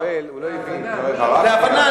להבנה,